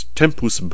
tempus